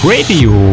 Radio